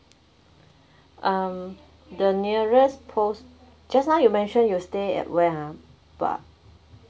um the nearest post just now you mention you stay at where ah bah